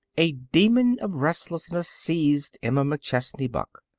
a demon of restlessness seized emma mcchesney buck.